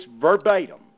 verbatim